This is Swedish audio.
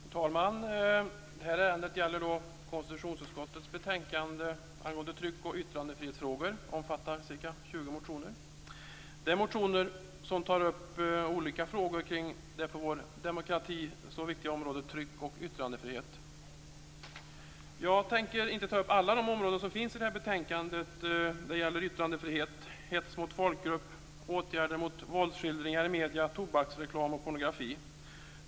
Herr talman! Detta ärende gäller konstitutionsutskottets betänkande angående tryck och yttrandefrihetsfrågor, som omfattar ca 20 motioner. Det är motioner som tar upp olika frågor kring det för vår demokrati så viktiga området tryck och yttrandefrihet. Jag tänker inte ta upp alla de områden som finns i detta betänkande. Det gäller yttrandefrihet, hets mot folkgrupp, åtgärder mot våldsskildringar i medier, tobaksreklam och pornografi.